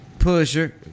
Pusher